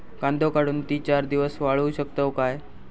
कांदो काढुन ती चार दिवस वाळऊ शकतव काय?